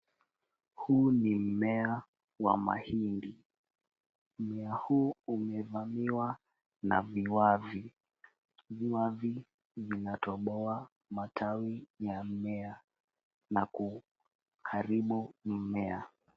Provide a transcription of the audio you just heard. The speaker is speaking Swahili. Huu ni mmea wa mahindi. Mmea huu umevamiwa na viwavi. Viwavi vinatoboa matawi ya mmea na kuharibu mmea.